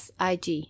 SIG